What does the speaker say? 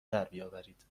دربیاورید